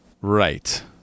Right